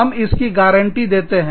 हम इसकी गारंटी देते हैं